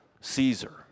Caesar